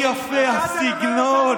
מפריע לך הסגנון?